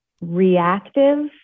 reactive